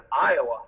Iowa